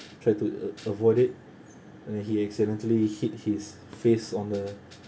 try to a~ avoid it and then he accidentally hit his face on the